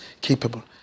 capable